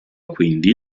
quindi